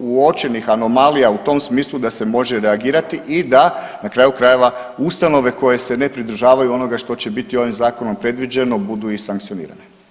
uočenih anomalija u tom smislu, da se može reagirati i da, na kraju krajeva ustanove koje se ne pridržavaju onoga što će biti ovim zakonom predviđeno, budu i sankcionirani.